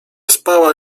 spała